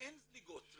אין זליגות.